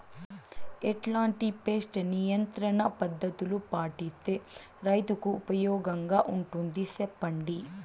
ఎట్లాంటి పెస్ట్ నియంత్రణ పద్ధతులు పాటిస్తే, రైతుకు ఉపయోగంగా ఉంటుంది సెప్పండి?